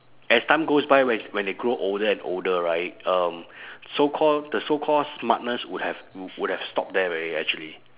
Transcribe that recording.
as time goes by where it's when they grow older and older right um so called the so called smartness would have would have stopped there already actually